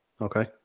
Okay